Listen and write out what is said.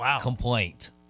complaint